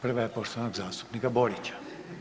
Prva je poštovanog zastupnika Borića.